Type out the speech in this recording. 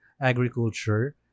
agriculture